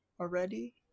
already